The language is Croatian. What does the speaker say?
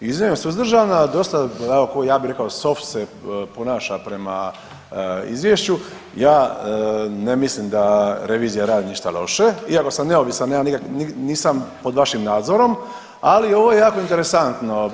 Iznimno je suzdržana dosta ja bi rekao soft se ponaša prema izvješću, ja ne mislim da revizija radi ništa loše iako sam neovisan, nisam pod vašim nadzorom, ali ovo je jako interesantno.